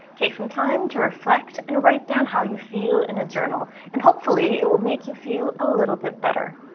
take some time to reflect and write down how you feel in a journal, and hopefully it will make you feel a little bit better.